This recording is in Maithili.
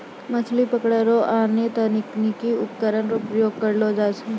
मछली पकड़ै रो आनो तकनीकी उपकरण रो प्रयोग करलो जाय छै